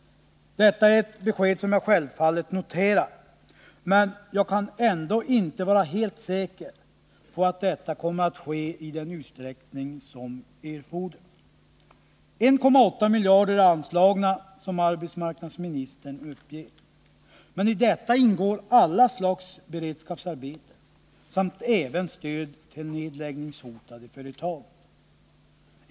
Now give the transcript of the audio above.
Detta är ett besked som jag självfallet noterar, men jag kan ändå inte vara helt säker på att detta Nr 141 kommer att ske i den utsträckning som erfordras. Som arbetsmarknadsministern uppger i sitt svar har 1,8 miljarder anslagits. Men detta anslag avser alla slags beredskapsarbeten och även stöd till nedläggningshotade företag.